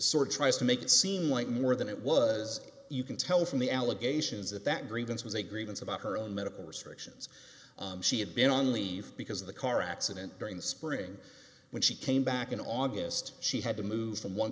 sort of tries to make it seem like more than it was you can tell from the allegations that that grievance was a grievance about her own medical restrictions she had been on leave because of the car accident during spring when she came back in august she had to move from one